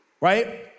right